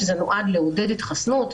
זה נועד לעודד התחסנות,